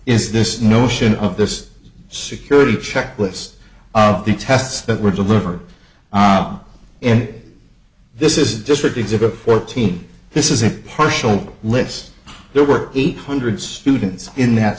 is this notion of this security check list the tests that were delivered in it this is the district exhibit fourteen this is a partial list there were eight hundred students in that